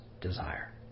desire